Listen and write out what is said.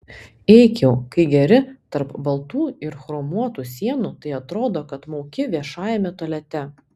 eik jau kai geri tarp baltų ir chromuotų sienų tai atrodo kad mauki viešajame tualete